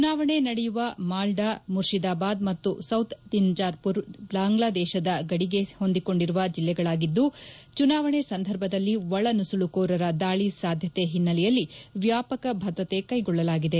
ಚುನಾವಣೆ ನಡೆಯುವ ಮಾಲ್ಲಾ ಮುರ್ಶಿದಾಬಾದ್ ಮತ್ತು ಸೌತ್ ದಿನಾಜ್ಬುರ್ ಬಾಂಗ್ಲಾದೇಶದ ಗಡಿಗೆ ಹೊಂದಿಕೊಂಡಿರುವ ಜಿಲ್ಲೆಗಳಾಗಿದ್ದು ಚುನಾವಣೆ ಸಂದರ್ಭದಲ್ಲಿ ಒಳನುಸುಳುಕೋರರ ದಾಳಿ ಸಾಧ್ಯತೆ ಹಿನ್ನೆಲೆಯಲ್ಲಿ ವ್ಯಾಪಕ ಭದ್ರತೆ ಕೈಗೊಳ್ಳಲಾಗಿದೆ